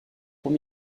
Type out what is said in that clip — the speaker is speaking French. pour